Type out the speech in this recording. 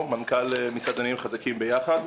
אני מנכ"ל "מסעדנים חזקים ביחד".